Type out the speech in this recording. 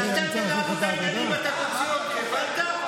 כשאתם תנהלו את העניינים אתה תוציא אותי, הבנת?